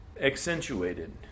accentuated